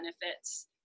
benefits